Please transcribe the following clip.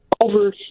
Over